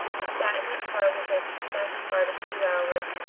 i sat in that car with him for the best part of two hours,